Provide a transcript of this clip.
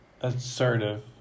Assertive